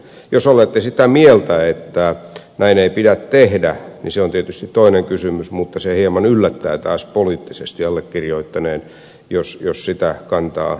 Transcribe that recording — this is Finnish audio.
jos olette sitä mieltä että näin ei pidä tehdä niin se on tietysti toinen kysymys mutta se hieman yllättää taas poliittisesti allekirjoittaneen jos sitä kantaa edustitte